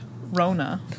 Rona